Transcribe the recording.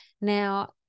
Now